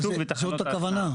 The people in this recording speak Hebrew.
זאת הכוונה?